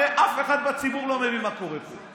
הרי אף אחד בציבור לא מבין מה קורה פה.